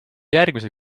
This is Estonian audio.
järgmise